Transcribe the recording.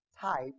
type